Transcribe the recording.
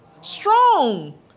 strong